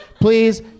please